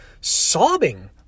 sobbing